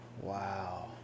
Wow